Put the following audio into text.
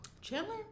Chandler